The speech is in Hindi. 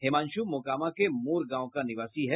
हिमांशु मोकामा के मोर गांव का निवासी है